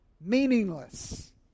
meaningless